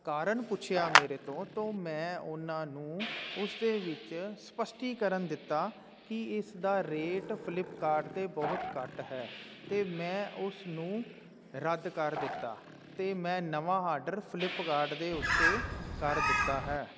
ਕਾਰਨ ਪੁੱਛਿਆ ਮੇਰੇ ਤੋਂ ਤੋ ਮੈਂ ਉਨ੍ਹਾਂ ਨੂੰ ਉਸ ਦੇ ਵਿੱਚ ਸਪੱਸ਼ਟੀਕਰਨ ਦਿੱਤਾ ਕਿ ਇਸ ਦਾ ਰੇਟ ਫਲਿੱਪਕਾਰਟ 'ਤੇ ਬਹੁਤ ਘੱਟ ਹੈ ਅਤੇ ਮੈਂ ਉਸ ਨੂੰ ਰੱਦ ਕਰ ਦਿੱਤਾ ਅਤੇ ਮੈਂ ਨਵਾਂ ਆਡਰ ਫਲਿੱਪਕਾਰਟ ਦੇ ਉੱਤੇ ਕਰ ਦਿੱਤਾ ਹੈ